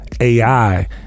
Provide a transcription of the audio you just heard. AI